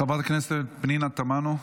חברת הכנסת פנינה תמנו.